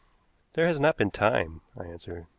there has not been time, i answered.